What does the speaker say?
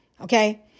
Okay